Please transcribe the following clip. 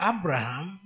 Abraham